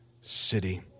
city